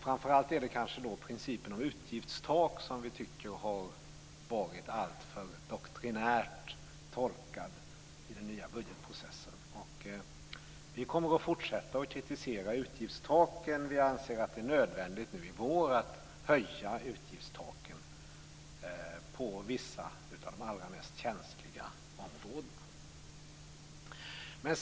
Framför allt är det kanske då principen om utgiftstak som vi tycker har varit alltför doktrinärt tolkad i den nya budgetprocessen. Vi kommer att fortsätta att kritisera utgiftstaken. Vi anser att det är nödvändigt att nu i vår höja utgiftstaken på vissa av de allra mest känsliga områdena.